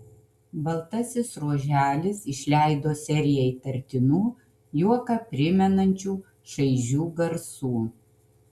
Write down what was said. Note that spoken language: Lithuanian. baltasis ruoželis išleido seriją įtartinų juoką primenančių šaižių garsų